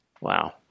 Wow